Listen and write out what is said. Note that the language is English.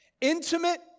intimate